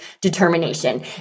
determination